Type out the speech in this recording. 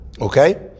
Okay